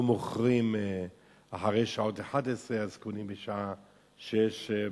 לא מוכרים אחרי השעה 23:00, אז קונים בשעה 18:00,